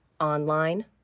online